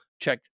check